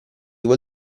vuol